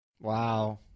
Wow